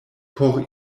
por